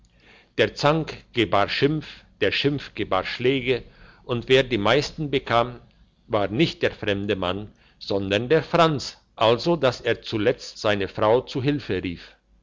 der zank gebar schimpf der schimpf gebar schläge und wer die meisten bekam war nicht der fremde mann sondern der franz also dass er zuletzt seine frau zu hilfe rief